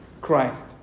Christ